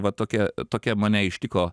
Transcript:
va tokia tokia mane ištiko